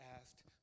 asked